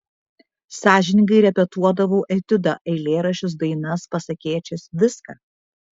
sąžiningai repetuodavau etiudą eilėraščius dainas pasakėčias viską